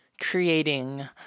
creating